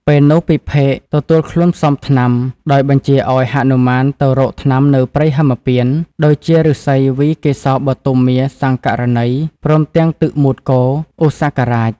ពេលនោះពិភេកទទួលខ្លួនផ្សំថ្នាំ ដោយបញ្ជាឱ្យ ហនុមានទៅរកថ្នាំនៅព្រៃហេមពាន្ត ដូចជាឫស្សីវី កេសរបទុមាសង្ករណី ព្រមទាំងទឹកមូត្រគោ ឧសករាជ។